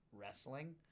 wrestling